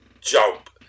jump